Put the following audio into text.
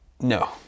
No